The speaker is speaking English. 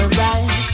right